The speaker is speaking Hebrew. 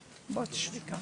בבקשה.